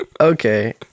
Okay